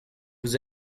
vous